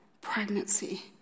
pregnancy